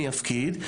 אני אפקיד,